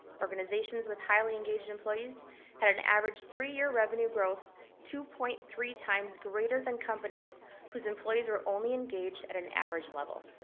organizations with highly engaged employees had an average three year revenue growth two point three times greater than companies whose employees were only engaged at an average level.